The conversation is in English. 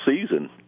season